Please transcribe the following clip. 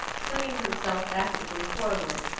swinging himself actively forward.